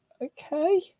Okay